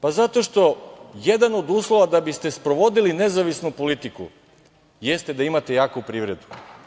Pa, zato što jedna od uslova da biste sprovodili nezavisnu politiku jeste da imate jaku privredu.